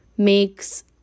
makes